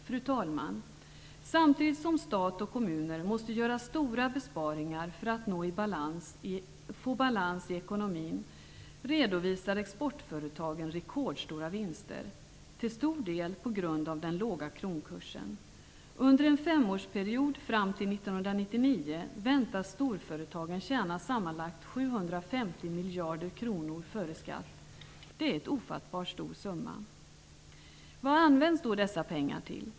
Fru talman! Samtidigt som stat och kommuner måste göra stora besparingar för att få balans i ekonomin redovisar exportföretagen rekordstora vinster, till stor del på grund av den låga kronkursen. Under en femårsperiod fram till 1999 väntas storföretagen tjäna sammanlagt 750 miljarder kronor före skatt. Det är en ofattbart stor summa. Vad används då dessa pengar till?